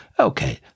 Okay